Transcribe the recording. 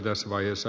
arvoisa puhemies